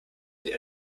sie